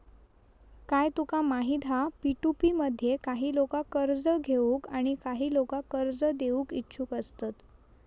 काय तुमका माहित हा पी.टू.पी मध्ये काही लोका कर्ज घेऊक आणि काही लोका कर्ज देऊक इच्छुक असतत